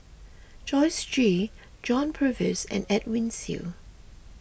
Joyce Jue John Purvis and Edwin Siew